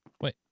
Wait